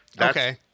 Okay